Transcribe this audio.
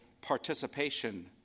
participation